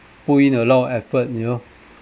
put in a lot of effort you know